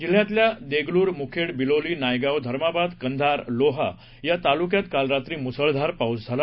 जिल्ह्यातल्या देगलूर मुखेड बिलोली नायगाव धर्माबाद कंधार लोहा या तालुक्यात काल रात्री मुसळधार पाऊस झाला